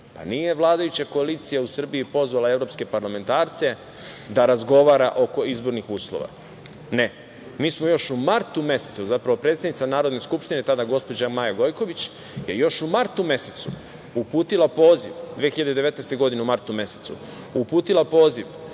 Pa, nije vladajuća koalicija u Srbiji pozvala evropske parlamentarce da razgovara o izbornim uslovima. Ne, mi smo još u martu mesecu, zapravo predsednica Narodne skupštine tada, gospođa Maja Gojković je još u martu mesecu uputila poziv, 2019. godine u martu mesecu je uputila poziv